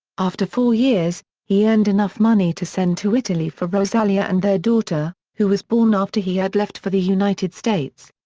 after four years, he earned enough money to send to italy for rosalia and their daughter, who was born after he had left for the united states.